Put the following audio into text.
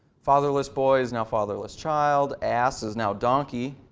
fatherless boy is now fatherless child. ass is now donkey.